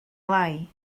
lai